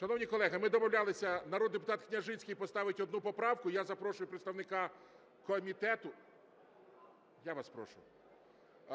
Шановні колеги, ми домовлялися, народний депутат Княжицький поставить одну поправку. Я запрошую представника комітету,